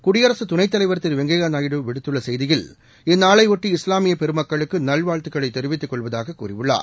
குடியரசு துணைத்தலைவர் திரு வெங்கையா நாயுடு விடுத்துள்ள செய்தியில் இந்நாளையொட்டி இஸ்லாமிய பெருமக்களுக்கு நல்வாழ்த்துக்களைத் தெரிவித்துக் கொள்வதாக கூறியுள்ளார்